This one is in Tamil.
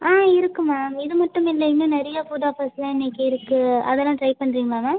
ஆ இருக்கு மேம் இது மட்டும் இல்லை இன்னும் நிறைய புது ஆஃபர்ஸ்லாம் இன்னைக்கு இருக்கு அதெலாம் ட்ரை பண்ணுறீங்களா மேம்